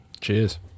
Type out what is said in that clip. Cheers